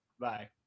Bye